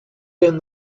been